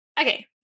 Okay